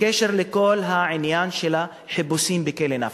בקשר לכל עניין החיפושים בכלא "נפחא",